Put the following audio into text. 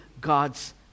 God's